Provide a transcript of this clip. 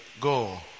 go